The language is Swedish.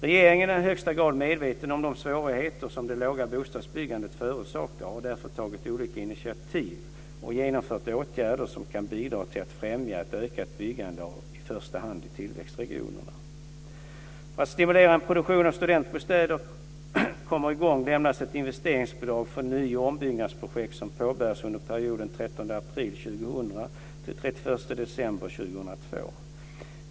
Regeringen är i högsta grad medveten om de svårigheter som det låga bostadsbyggandet förorsakar och har därför tagit olika initiativ och genomfört åtgärder som kan bidra till att främja ett ökat byggande i första hand i tillväxtregionerna. För att stimulera att en produktion av studentbostäder kommer i gång lämnas ett investeringsbidrag för ny och ombyggnadsprojekt som påbörjas under perioden 13 april 2000-31 december 2002.